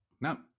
No